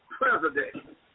President